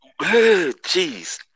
Jeez